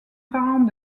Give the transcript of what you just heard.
parent